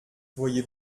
voyez